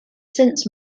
since